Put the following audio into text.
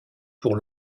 pour